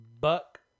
Buck